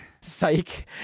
psych